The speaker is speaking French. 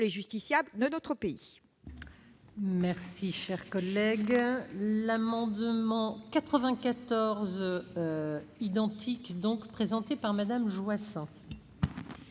les justiciables de notre pays.